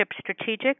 strategic